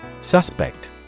Suspect